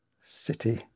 city